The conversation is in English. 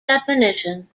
definition